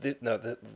no